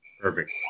Perfect